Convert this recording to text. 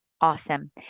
Awesome